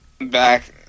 back –